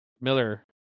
Miller